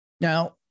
now